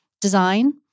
design